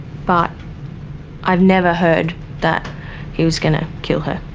but i've never heard that he was going to kill her,